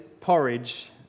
porridge